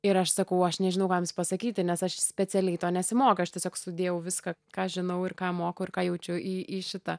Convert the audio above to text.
ir aš sakau aš nežinau ką jums pasakyti nes aš specialiai to nesimokiau aš tiesiog sudėjau viską ką žinau ir ką moku ir ką jaučiu į į šitą